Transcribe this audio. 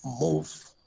move